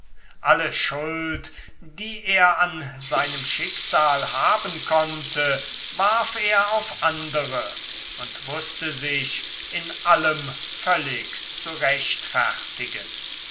alle schuld die er an seinem schicksal haben konnte warf er auf andere und wußte sich in allem völlig zu rechtfertigen